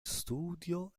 studio